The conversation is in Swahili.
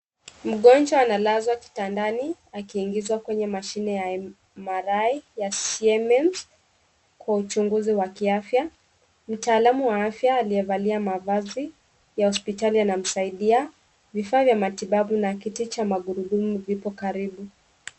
Mgonjwa analazwa kitandani akiingizwa kwenye mashine ya MRI ya Siemens kwa uchunguzi wa kiafya ,mtaalamu wa afya aliyevalia mavazi ya hospitali anamsaidia, vifaa vya matibabu na kiti cha magurudumu kiko karibu.